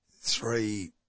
three